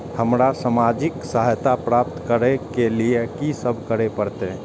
हमरा सामाजिक सहायता प्राप्त करय के लिए की सब करे परतै?